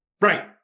Right